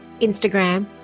Instagram